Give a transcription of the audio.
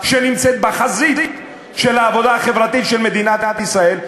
שנמצאת בחזית של העבודה החברתית של מדינת ישראל,